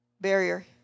barrier